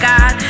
God